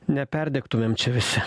neperdegtumėm čia visi